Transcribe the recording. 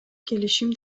келишим